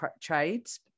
trades